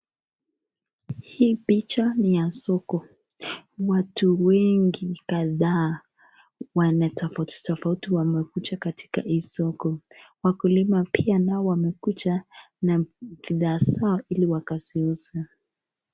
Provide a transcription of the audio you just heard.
Hii picha ni ya soko, watu wengi kadhaa wenye tofauti tofauti wamekuja kwenye hii soko. Wakulima pia nao wamekuja na bidhaa zao ili wakaziuze.